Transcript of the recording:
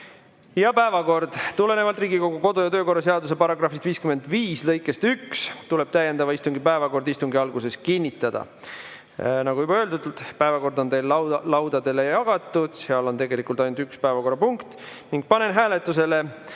Ja päevakord. Tulenevalt Riigikogu kodu‑ ja töökorra seaduse § 55 lõikest 1 tuleb täiendava istungi päevakord istungi alguses kinnitada. Nagu juba öeldud, päevakord on teile laudadele jagatud. Seal on tegelikult ainult üks päevakorrapunkt. Panen hääletusele